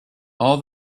all